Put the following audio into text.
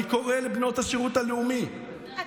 אני קורא לבנות השירות הלאומי, אתה רציני?